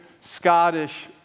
Scottish